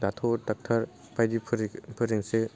दाथ' डाक्टार बायदिफोर फोरजोंसो